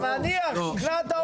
אביר, אביר, נניח שכנעת אותנו.